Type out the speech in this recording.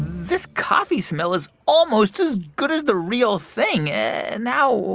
this coffee smell is almost as good as the real thing. and now,